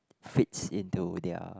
fits into their